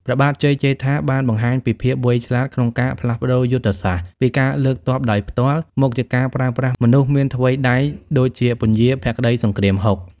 ព្រះបាទជ័យជេដ្ឋា បានបង្ហាញពីភាពវៃឆ្លាតក្នុងការផ្លាស់ប្តូរយុទ្ធសាស្ត្រពីការលើកទ័ពដោយផ្ទាល់ មកជាការប្រើប្រាស់មនុស្សមានថ្វីដៃដូចជាពញាភក្តីសង្គ្រាមហុក ។